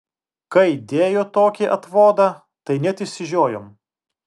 kai dėjo tokį atvodą tai net išsižiojom